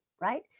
right